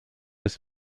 ist